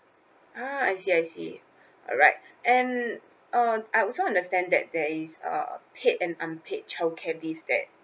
ah I see I see alright and uh I also understand that there is uh paid and unpaid childcare leave that